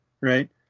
right